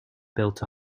built